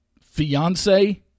fiance